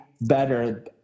better